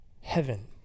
heaven